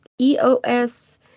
EOS